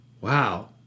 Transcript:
wow